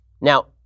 Now